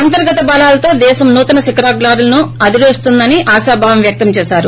అంతర్గత బలాలతో దేశం నూతన శిఖరాలను అధిరోహిస్తుందని ఆశాభావం వ్యక్తం చేశారు